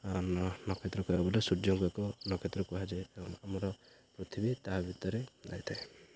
ନକ୍ଷତ୍ର କହିବାକୁ ଗଲେ ସୂର୍ଯ୍ୟଙ୍କୁ ଏକ ନକ୍ଷତ୍ର କୁହାଯାଏ ଏବଂ ଆମର ପୃଥିବୀ ତା ଭିତରେ ଯାଇଥାଏ